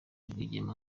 rwigema